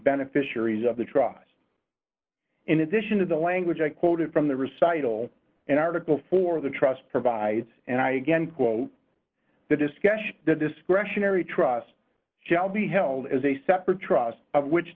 beneficiaries of the tribes in addition to the language i quoted from the recital an article for the trust provides and i again quote the discussion the discretionary trust shall be held as a separate trust of which